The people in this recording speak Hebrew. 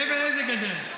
מעבר לאיזה גדר?